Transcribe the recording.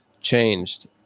changed